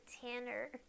Tanner